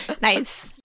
Nice